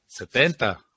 Setenta